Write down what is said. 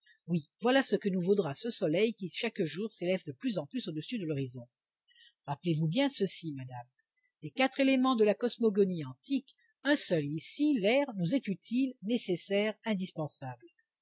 oui voilà ce que nous vaudra ce soleil qui chaque jour s'élève de plus en plus au-dessus de l'horizon rappelez-vous bien ceci madame des quatre éléments de la cosmogonie antique un seul ici l'air nous est utile nécessaire indispensable